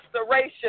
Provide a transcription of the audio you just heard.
restoration